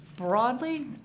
Broadly